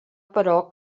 però